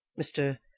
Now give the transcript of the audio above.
Mr